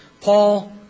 Paul